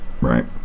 Right